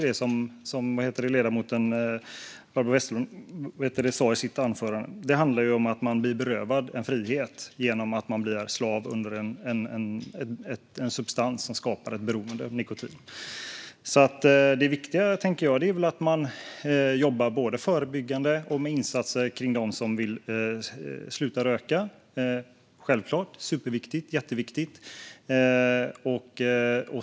Det är lite grann som ledamoten Barbro Westerholm sa i sitt anförande: Det handlar om att man blir berövad en frihet genom att man blir slav under en substans som skapar ett beroende, nämligen nikotin. Det viktiga är att vi jobbar både förebyggande och med insatser kring dem som vill sluta röka, tänker jag. Det är självklart superviktigt.